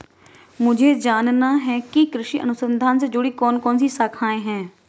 मुझे जानना है कि कृषि अनुसंधान से जुड़ी कौन कौन सी शाखाएं हैं?